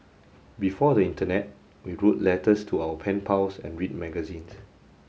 before the internet we wrote letters to our pen pals and read magazines